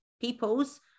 peoples